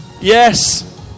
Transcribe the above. Yes